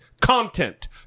content